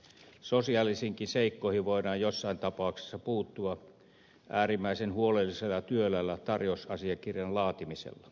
sosiaalisiinkin seikkoihin voidaan joissain tapauksissa puuttua äärimmäisen huolellisella ja työläällä tarjousasiakirjan laatimisella